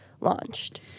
launched